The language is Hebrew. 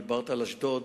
דיברת על אשדוד,